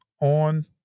on